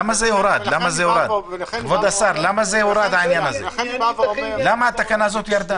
כבוד השר, למה התקנה הזו ירדה?